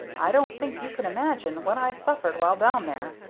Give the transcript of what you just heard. i don't think you can imagine what i suffered while down there.